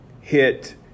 hit